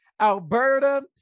Alberta